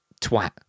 twat